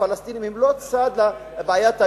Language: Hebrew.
הפלסטינים הם לא צד לבעיית היהודים.